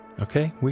Okay